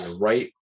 right